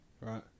right